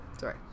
Sorry